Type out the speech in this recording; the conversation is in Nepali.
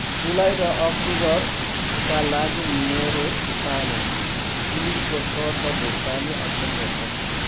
जुलाई र अक्टोबरका लागि मेरो पानी बिलको स्वत भुक्तानी अक्षम गर्नुहोस्